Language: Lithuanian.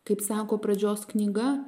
kaip sako pradžios knyga